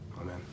amen